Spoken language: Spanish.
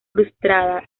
frustrada